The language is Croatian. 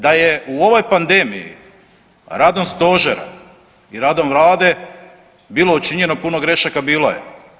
Da je u ovoj pandemiji radom stožera i radom vlade bilo učinjeno puno grešaka, bilo je.